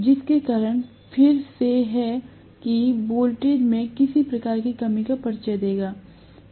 जिसके कारण फिर से है कि वोल्टेज में किसी प्रकार की कमी का परिचय देता है